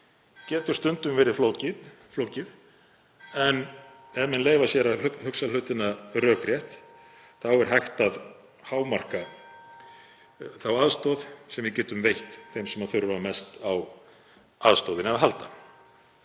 getur stundum verið flókið en ef menn leyfa sér að hugsa hlutina rökrétt þá er hægt að hámarka þá aðstoð sem við getum veitt þeim sem þurfa mest á aðstoðinni að halda.